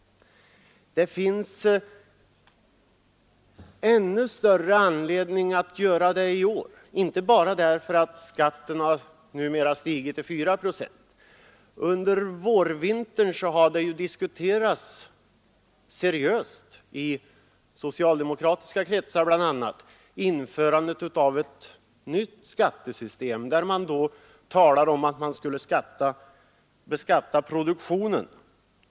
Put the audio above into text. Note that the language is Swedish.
Det finns ännu större anledning att göra det i år, inte bara därför att skatten numera stigit till 4 procent. Under vårvintern har man i bl.a. socialdemokratiska kretsar seriöst diskuterat införandet av ett nytt skattesystem. Det talas om att man med detta system skulle beskatta produktionen.